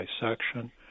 dissection